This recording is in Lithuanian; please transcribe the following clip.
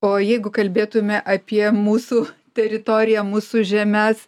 o jeigu kalbėtume apie mūsų teritoriją mūsų žemes